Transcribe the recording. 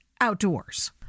outdoors